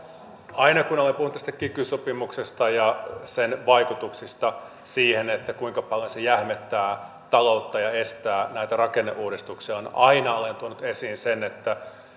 aina kun olen puhunut tästä kiky sopimuksesta ja sen vaikutuksista siihen kuinka paljon se jähmettää taloutta ja estää näitä rakenneuudistuksia olen tuonut esiin sen että